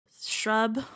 shrub